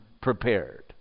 prepared